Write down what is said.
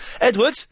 Edward